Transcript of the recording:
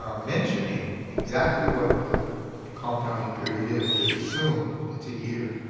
ah mentioning exactly what the compounding period is, we assume it's a year.